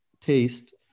taste